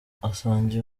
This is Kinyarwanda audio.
asangiye